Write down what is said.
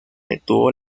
detuvo